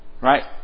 Right